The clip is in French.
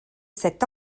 cette